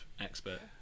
expert